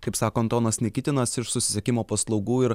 kaip sako antonas nikitinas ir susisiekimo paslaugų ir